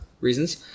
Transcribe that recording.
reasons